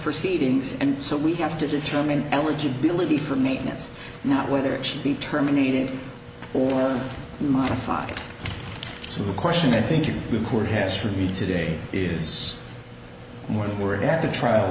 proceedings and so we have to determine eligibility for maintenance not whether it should be terminated or modified so the question i think your record has for me today is more than were at the